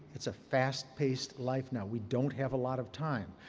it's a fast-paced life now. we don't have a lot of time.